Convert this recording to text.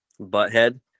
butthead